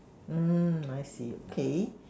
mm I see okay